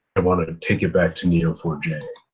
i wanna take it back to n e o four j.